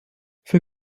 für